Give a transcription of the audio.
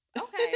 okay